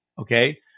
okay